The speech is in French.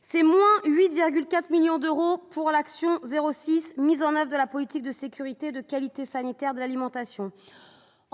C'est moins 8,4 millions d'euros pour l'action n° 06, Mise en oeuvre de la politique de sécurité et de qualité sanitaires de l'alimentation,